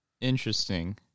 Interesting